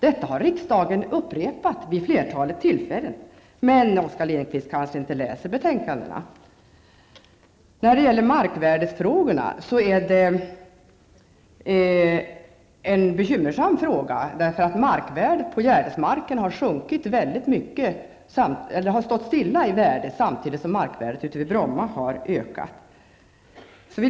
Detta har riksdagen upprepat vid flertalet tillfällen, men Oskar Lindkvist kanske inte läser betänkandena. Frågan om markvärdena är bekymmersam. Värdet på marken på Gärdet har sjunkit väldigt mycket, eller stått stilla, medan markvärdet ute vid Bromma har ökat.